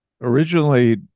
Originally